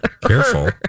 Careful